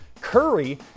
Curry